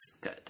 good